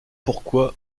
pourquoi